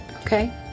Okay